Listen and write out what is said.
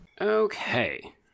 Okay